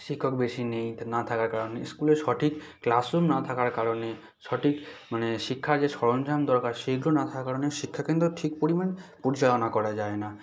শিক্ষক বেশি নেই তা না থাকার কারণে স্কুলে সঠিক ক্লাসরুম না থাকার কারণে সঠিক মানে শিক্ষার যে সরঞ্জাম দরকার সেইগুলো না থাকার কারণে শিক্ষা কিন্তু ঠিক পরিমাণ পরিচালনা করা যায় না